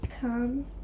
Come